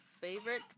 favorite